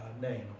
name